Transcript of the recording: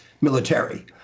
military